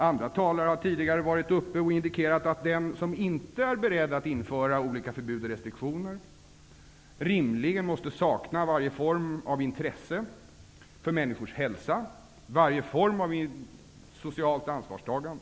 Andra talare har tidigare varit uppe i debatten och indikerat att den som inte är beredd att införa olika förbud och restriktioner rimligen måste sakna varje form av intresse för människors hälsa och varje form av socialt ansvarstagande.